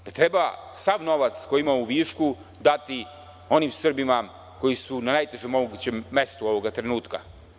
Treba sav novac, koji ima u višku, dati onim Srbima koji su na najtežem mogućem mestu ovog trenutka.